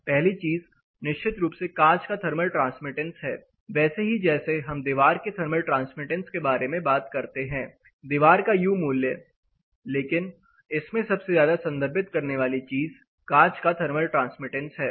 पहली चीज निश्चित रूप से कांच का थर्मल ट्रांसमिटेंसहै वैसे ही जैसे हम दीवार के थर्मल ट्रांसमिटेंस के बारे में बात करते हैं दीवार का यू मूल्य लेकिन इसमें सबसे ज्यादा संदर्भित करने वाली चीज कांच का थर्मल ट्रांसमिटेंस है